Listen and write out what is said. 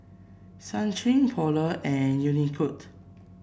Schick Polar and Unicurd